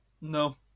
No